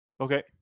Okay